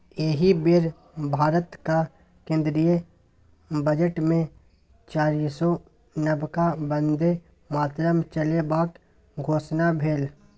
एहि बेर भारतक केंद्रीय बजटमे चारिसौ नबका बन्दे भारत चलेबाक घोषणा भेल